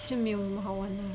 其实没有那么好玩 lah